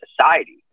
society